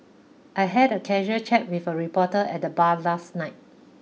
I had a casual chat with a reporter at the bar last night